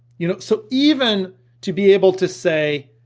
you know, so even to be able to say,